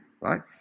right